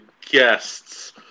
guests